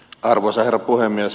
arvoisa herra puhemies